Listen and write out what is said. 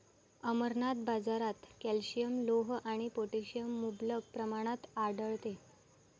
अमरनाथ, बाजारात कॅल्शियम, लोह आणि पोटॅशियम मुबलक प्रमाणात आढळते